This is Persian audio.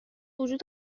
وجود